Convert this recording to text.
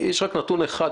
יש רק נתון אחד,